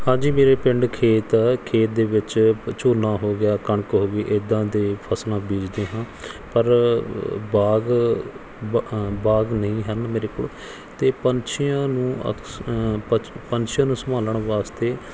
ਹਾਂਜੀ ਮੇਰੇ ਪਿੰਡ ਖੇਤ ਆ ਖੇਤ ਦੇ ਵਿੱਚ ਝੋਨਾ ਹੋ ਗਿਆ ਕਣਕ ਹੋ ਗਈ ਇੱਦਾਂ ਦੇ ਫਸਲਾਂ ਬੀਜਦੇ ਹਾਂ ਪਰ ਬਾਗ ਬ ਬਾਗ ਨਹੀਂ ਹਨ ਮੇਰੇ ਕੋਲ ਅਤੇ ਪੰਛੀਆਂ ਨੂੰ ਪੰਛੀਆਂ ਨੂੰ ਸੰਭਾਲਣ ਵਾਸਤੇ